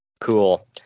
Cool